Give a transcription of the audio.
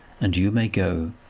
and you may go.